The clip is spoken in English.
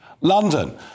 London